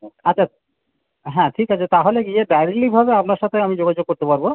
আচ্ছা হ্যাঁ ঠিক আছে তাহলে গিয়ে দাঁড়িলেই হবে আপনার সাথে আমি যোগাযোগ করতে পারবো